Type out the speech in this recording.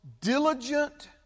diligent